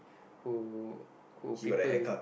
who who people